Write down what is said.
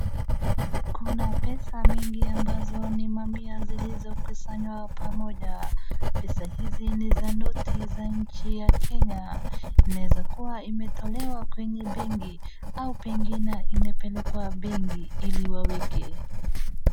Kuna pesa mingi ambazo ni mamia Zilizokusanywa pamoja. Pesa hizi ni za noti za nchi ya Kenya, inaweza kuwa imetolewa kwenye benki au pengine inapelekwa benki ili waweke.